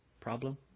problem